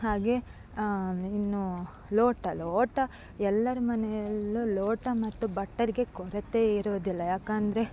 ಹಾಗೆ ಇನ್ನು ಲೋಟ ಲೋಟ ಎಲ್ಲರ ಮನೆಯಲ್ಲು ಲೋಟ ಮತ್ತು ಬಟ್ಟಲಿಗೆ ಕೊರತೆಯಿರುವುದಿಲ್ಲ ಯಾಕೆಂದ್ರೆ